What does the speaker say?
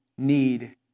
need